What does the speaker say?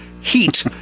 heat